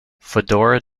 fedora